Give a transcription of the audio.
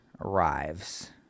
arrives